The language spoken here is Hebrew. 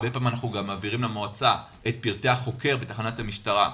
הרבה פעמים אנחנו גם מעבירים למועצה את פרטי החוקר בתחנת המשטרה.